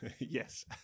yes